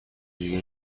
دیگه